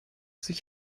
sich